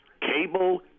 Cable